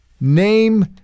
Name